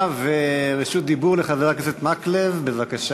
הפרלמנטריים, ועכשיו: אילן מרסיאנו וקורל אבירם.